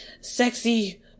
Sexy